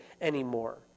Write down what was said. anymore